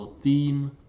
theme